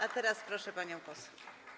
A teraz proszę panią poseł.